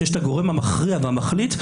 כשיש את הגורם המכריע והמחליט,